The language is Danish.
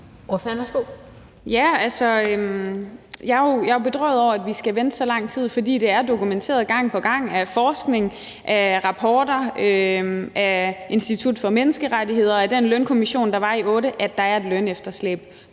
Jeg er jo bedrøvet over, at vi skal vente så lang tid, for det er dokumenteret gang på gang af forskning, af rapporter, af Institut for Menneskerettigheder, af den lønkommission, der var i 2008, at der er et lønefterslæb